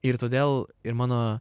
ir todėl ir mano